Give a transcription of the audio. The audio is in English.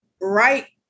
right